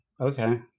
Okay